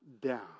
down